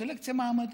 סלקציה מעמדית.